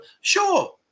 Sure